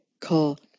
call